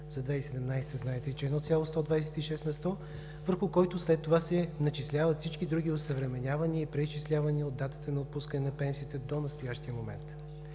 за 2017 г., знаете, че е 1,126 на сто, върху който след това се начисляват всички други осъвременявания и преизчислявания от датата на отпускане на пенсията до настоящия момент.